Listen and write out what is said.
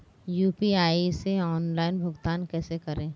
UPI से online भुगतान कैसे करें?